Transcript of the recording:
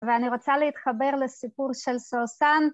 ואני רוצה להתחבר לסיפור של סוסן.